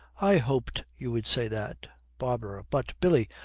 i hoped you would say that barbara. but, billy,